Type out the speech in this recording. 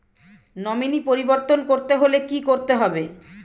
Nominee পরিবর্তন করতে হলে কী করতে হবে?